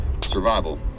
survival